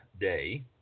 Day